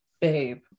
babe